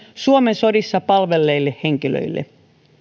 suomen sodissa palvelleille henkilöille